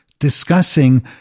discussing